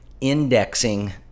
indexing